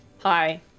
hi